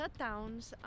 shutdowns